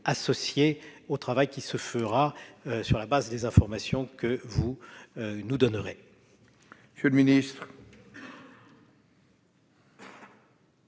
associés au travail qui s'effectuera sur la base des informations que vous nous donnerez.